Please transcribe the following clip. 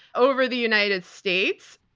over the united states.